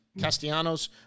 Castellanos